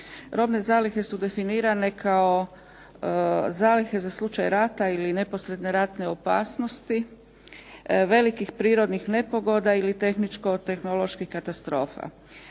robne zalihe su definirane kao zalihe za slučaj rata ili neposredne ratne opasnosti velikih prirodnih nepogoda ili tehničko tehnoloških katastrofa.